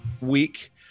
week